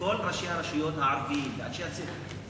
כל ראשי הרשויות הערבים ואנחנו,